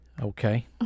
Okay